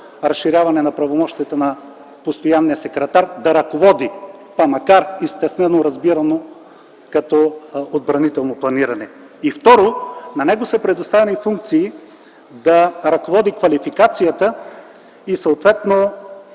разширяване на правомощията на постоянния секретар да ръководи, макар и стеснено разбирано като отбранително планиране. Второ, предоставени са му функции да ръководи квалификацията и съответно